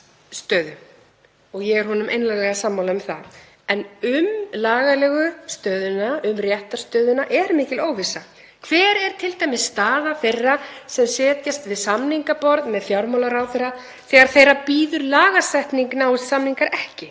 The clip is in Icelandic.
stöðu. Ég er honum einlæglega sammála um það. En um lagalegu stöðuna, um réttarstöðuna, er mikil óvissa. Hver er t.d. staða þeirra sem setjast við samningaborð með fjármálaráðherra þegar þeirra bíður lagasetning, náist samningar ekki?